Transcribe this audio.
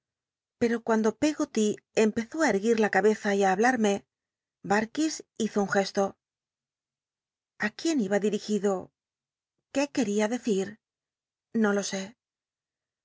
pero cuando peggoty empezó á erguil la cabeza y á hablarme das hizo un gesto a quién iba dil'igido crué quería decir no lo sé